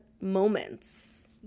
moments